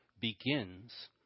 begins